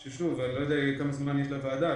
אני לא יודע כמה זמן יש לוועדה,